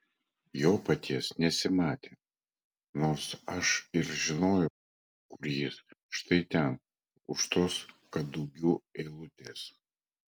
jo paties nesimatė nors aš ir žinojau kur jis štai ten už tos kadugių eilutės